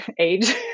age